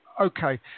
Okay